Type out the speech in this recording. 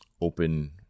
open